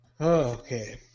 Okay